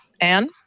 Anne